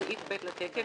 סעיף ב' לתקן,